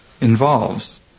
involves